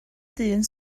dyn